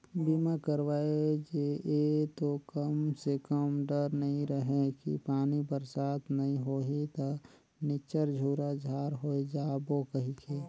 बीमा करवाय जे ये तो कम से कम डर नइ रहें कि पानी बरसात नइ होही त निच्चर झूरा झार होय जाबो कहिके